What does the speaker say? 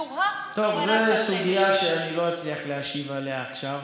זו סוגיה שאני לא אצליח להשיב עליה עכשיו.